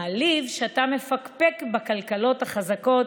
מעליב שאתה מפקפק בכלכלות חזקות